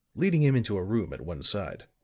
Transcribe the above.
leading him into a room at one side.